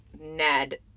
Ned